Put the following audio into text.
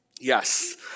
Yes